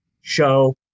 show